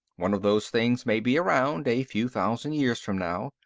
one of those things may be around, a few thousand years from now,